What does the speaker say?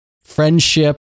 friendship